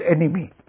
enemy